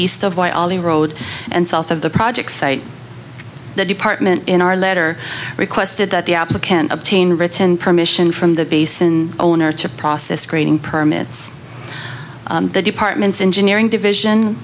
east of y all the road and south of the project site the department in our letter requested that the applicant obtain written permission from the basin owner to process grading permits the department's engineering division